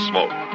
Smoke